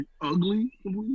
ugly